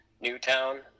Newtown